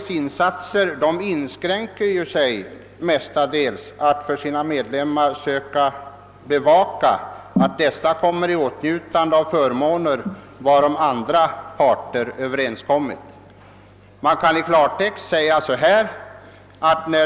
De insatser SAC gör inskränker sig huvudsakligen till att bevaka sina medlemmars intressen så att de kommer i åtnjutande av samma förmåner som andra parter har förhandlat sig till. I klartext kan man säga på detta sätt.